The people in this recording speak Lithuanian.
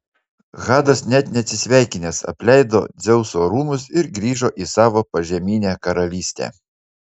hadas net neatsisveikinęs apleido dzeuso rūmus ir grįžo į savo požeminę karalystę